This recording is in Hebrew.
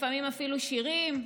לפעמים אפילו שירים.